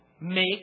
Make